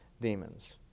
demons